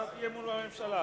חברי חברי הכנסת,